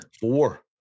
Four